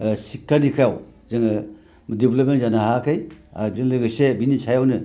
सिखा दिखायाव डेभेलपमेन्ट जानो हायाखै आर बिजों लोगोसे जोंनि सायावनो